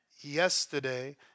yesterday